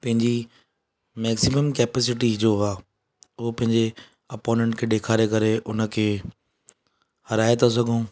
पंहिंजी maximum capacity जो आहे उहो पंहिंजे अपोनेंट ॾेखारे करे हुनखे हराए था सघूं